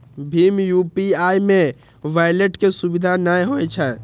भीम UPI मे wallet के सुविधा नै होइ छै